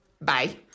Bye